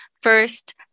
First